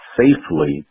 safely